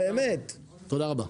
תודה רבה.